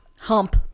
Hump